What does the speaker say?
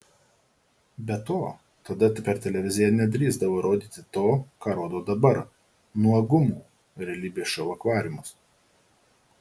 be to tada per televiziją nedrįsdavo rodyti to ką rodo dabar nuogumų realybės šou akvariumas